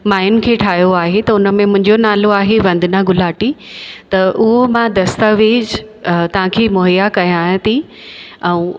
माइनि खे ठाहियो आहे त उन में मुंहिंजो नालो आहे वंदना गुलाटी त उहो मां दस्तावेज़ तव्हां खे मुहैया करायां थी ऐं